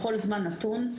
בכל זמן נתון,